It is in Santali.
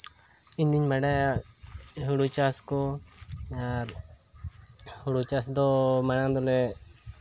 ᱤᱧ ᱫᱚᱧ ᱵᱟᱰᱟᱭᱟ ᱦᱳᱲᱳ ᱪᱟᱥ ᱠᱚ ᱟᱨ ᱦᱳᱲᱳ ᱪᱟᱥ ᱫᱚ ᱢᱟᱲᱟᱝ ᱫᱚᱞᱮ